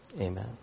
Amen